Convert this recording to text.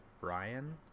Brian